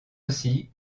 aussi